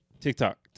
TikTok